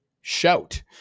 shout